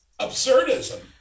absurdism